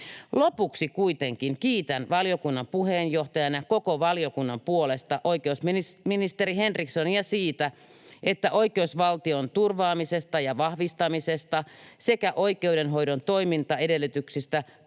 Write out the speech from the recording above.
Lopuksi kuitenkin kiitän valiokunnan puheenjohtajana koko valiokunnan puolesta oikeusministeri Henrikssonia siitä, että oikeusvaltion turvaamisesta ja vahvistamisesta sekä oikeudenhoidon toimintaedellytyksistä tullaan